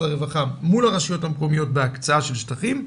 הרווחה מול הרשויות המקומיות בהקצאה של שטחים.